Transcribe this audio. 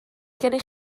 gennych